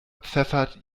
pfeffert